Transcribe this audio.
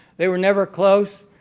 they were never close.